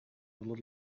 little